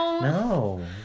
No